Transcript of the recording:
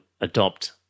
adopt